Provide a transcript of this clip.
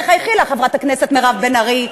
תחייכי לך, חברת הכנסת מירב בן ארי,